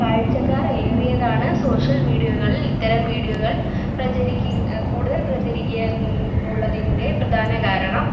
കാഴ്ചക്കാർ ഏറിയതാണ് സോഷ്യൽ മീഡിയകളിൽ ഇത്തരം വിഡിയോകൾ പ്രചരിക്കാൻ കൂടുതൽ പ്രചരിക്കാൻ എന്നുള്ളതിൻ്റെ പ്രധാന കാരണം